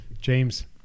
james